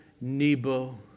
Nebo